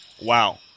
Wow